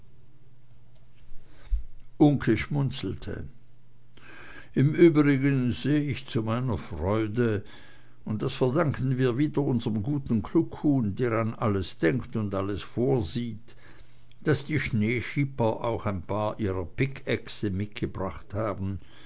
uncke schmunzelte im übrigen seh ich zu meiner freude und das verdanken wir wieder unserm guten kluckhuhn der an alles denkt und alles vorsieht daß die schneeschipper auch ein paar ihrer pickäxte mitgebracht haben